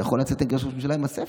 אתה יכול לצאת נגד ראש ממשלה עם הספר.